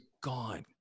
gone